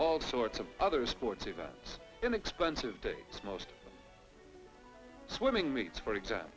all sorts of other sports events inexpensive to most swimming meets for example